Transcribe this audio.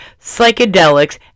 psychedelics